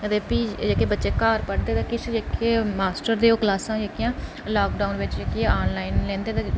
अदे प्ही जेह्के बच्चे घर पढ़दे जेह्के किश मास्टर ते क्लासां जेह्कियां लाक्डाऊन बिच जेह्कियां आनलाइन